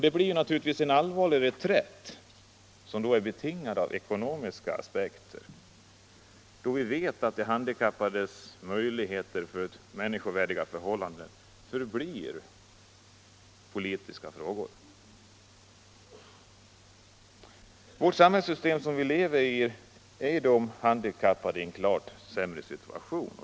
Det blir naturligtvis en allvarlig reträtt, betingad av ekonomiska aspekter, då vi vet att de handikappades möjligheter till människovärdiga förhållanden förblir politiska frågor. I det samhällssystem som vi har är de handikappades situation klart otillfredsställande.